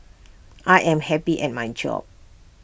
I am happy at my job